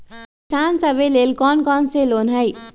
किसान सवे लेल कौन कौन से लोने हई?